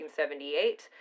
1978